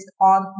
on